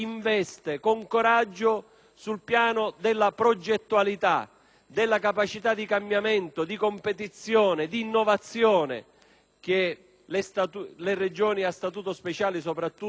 della capacità di cambiamento, di competizione, di innovazione che le Regioni a Statuto speciale, soprattutto la Sicilia e la Sardegna, devono essere